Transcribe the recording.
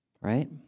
right